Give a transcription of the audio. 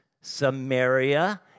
Samaria